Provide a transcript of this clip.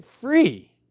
free